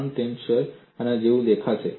તાણ ટેન્સર આના જેવું દેખાશે